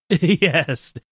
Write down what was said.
yes